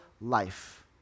life